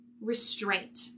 restraint